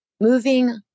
moving